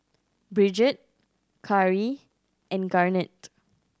Brigitte Cari and Garnet